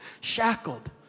Shackled